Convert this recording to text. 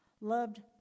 Loved